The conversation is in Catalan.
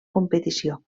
competició